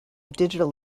digital